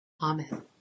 Amen